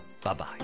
Bye-bye